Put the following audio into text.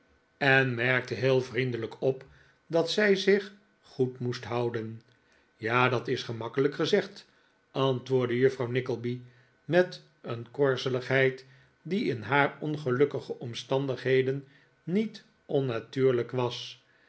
en merkte heel vriendelijk op dat zij zich goed moest houden ja dat is gemakkelijk gezegd antwoordde juffrouw nickleby met een korzeligheid die in haar ongelukkige omstandigheden niet onnatuurlijk was